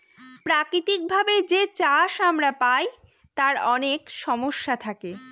প্রাকৃতিক ভাবে যে চাষ আমরা পায় তার অনেক সমস্যা থাকে